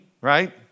right